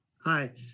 hi